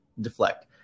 deflect